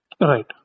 Right